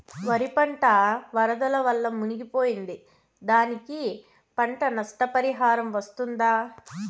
వరి పంట వరదల వల్ల మునిగి పోయింది, దానికి పంట నష్ట పరిహారం వస్తుందా?